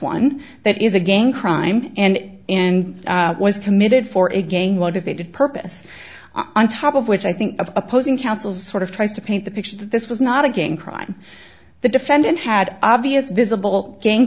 one that is a gang crime and and was committed for a gang motivated purpose on top of which i think opposing counsel sort of tries to paint the picture that this was not a gang crime the defendant had obvious visible gang